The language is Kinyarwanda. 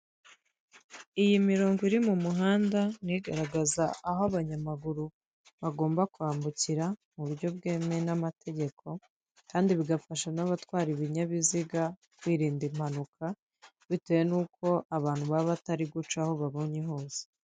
Iyi mirongo iri mumuhanda ni igaragaza aho abanyamaguru bagomba kwambukira muburyo bwemewe n'amategeko, kandi bigafasha n'abatwara ibinyabiziga, kwirinda impanuka bitewe n'uko abantu baba batari guca aho babonye hose.